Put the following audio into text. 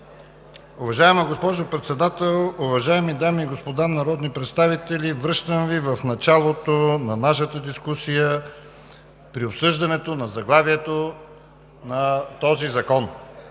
Уважаема госпожо Председател, уважаеми дами и господа народни представители! Връщам Ви в началото на нашата дискусия при обсъждането на заглавието на този закон.